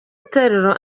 itorero